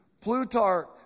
Plutarch